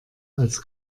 als